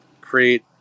create